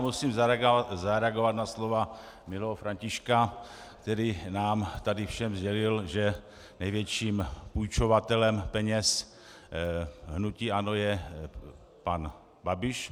Musím zareagovat na slova milého Františka, který nám tady všem sdělil, že největším půjčovatelem peněz hnutí ANO je pan Babiš.